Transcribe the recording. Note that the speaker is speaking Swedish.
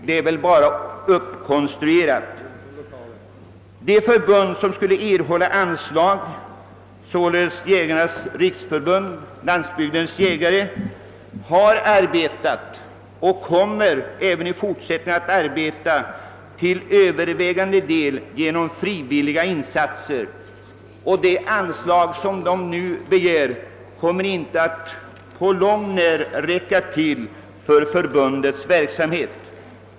Det är väl bara uppkonstruerade förevändningar. Det förbund som enligt motionärernas mening borde erhålla anslag, d.v.s. Jägarnas riksförbund-Landsbygdens jägare, har arbetat och kommer även i fortsättningen att arbeta till övervägande del genom frivilliga insatser, och det anslag som förbundet nu begär kommer inte att på långt när räcka till för dess verksamhet.